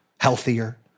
healthier